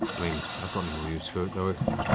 i mean, i've got no more use for it, though